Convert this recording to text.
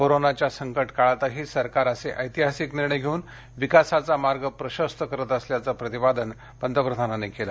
कोरोनाच्या संकटकाळातही सरकार असे ऐतिहासिक निर्णय घेऊन विकासाचा मार्ग प्रशस्त करत असल्याचं प्रतिपादन पंतप्रधानांनी केलं